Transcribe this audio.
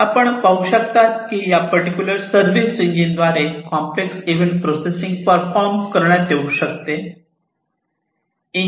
आपण पाहू शकतात की या पर्टिक्युलर सर्विस इंजिन द्वारे कॉम्प्लेक्स इव्हेंट प्रोसेसिंग परफॉर्म करण्यात येऊ शकते